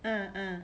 uh uh